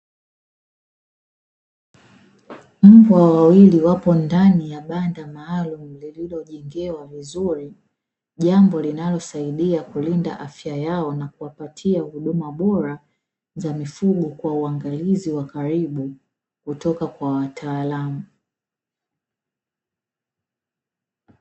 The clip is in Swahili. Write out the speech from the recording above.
Mbwa wawli wapo ndani ya banda maalumu, lililojengewa vizuri jambo linalosaidia kulinda afya yao na kuwapatia huduma bora za mifugo kwa uangalizi wa karibu kutoka kwa wataalamu.